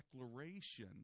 declaration